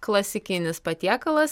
klasikinis patiekalas